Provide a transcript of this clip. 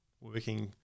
working